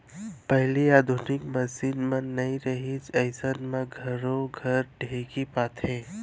पहिली आधुनिक मसीन मन नइ रहिन अइसन म घरो घर ढेंकी पातें